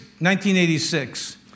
1986